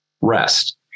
rest